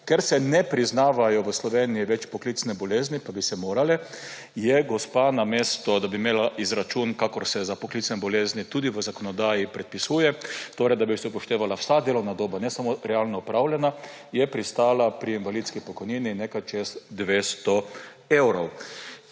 Ker se v Sloveniji poklicne bolezni ne priznavajo več, pa bi se morale, je gospa, namesto da bi imela izračun, kakor se za poklicne bolezni tudi v zakonodaji predpisuje, torej da bi se upoštevala vsa delovna doba, ne samo realno opravljena, pristala pri invalidski pokojnini nekaj čez 200 evrov.